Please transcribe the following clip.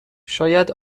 شاید